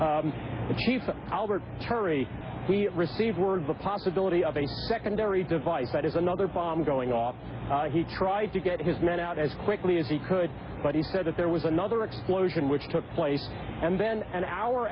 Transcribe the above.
department chief albert turret we received word the possibility of a secondary device that is another bomb going off he tried to get his men out as quickly as he could but he said that there was another explosion which took place and then an hour